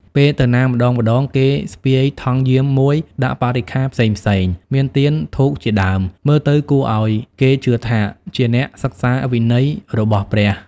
ពេលទៅណាម្ដងៗគេស្ពាយថង់យាមមួយដាក់បរិក្ខាផ្សេងៗ មានទៀន ធូបជាដើម មើលទៅគួរឲ្យគេជឿថា ជានាក់សិក្សាវិន័យរបស់ព្រះ ។